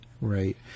Right